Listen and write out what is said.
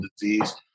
disease